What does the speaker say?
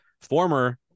former